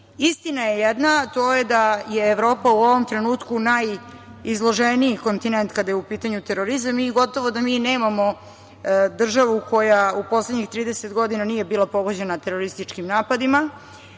veći. Istina je jedana, a to je da je Evropa u ovom trenutku najizloženiji kontinent kada je u pitanju terorizam i gotovo da mi i nemamo državu koja u poslednjih 30 godina nije bila pogođena terorističkim napadima.